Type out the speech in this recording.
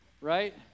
right